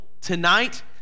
tonight